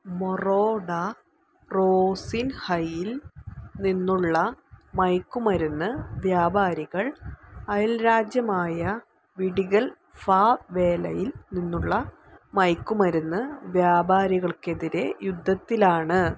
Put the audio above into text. മൊറോഡാ റോസിൻഹയിൽ നിന്നുള്ള മയക്കുമരുന്ന് വ്യാപാരികൾ അയൽരാജ്യമായ വിഡിഗൽ ഫാവേലയിൽ നിന്നുള്ള മയക്കുമരുന്ന് വ്യാപാരികൾക്കെതിരെ യുദ്ധത്തിലാണ്